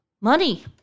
money